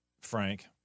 Frank